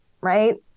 right